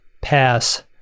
pass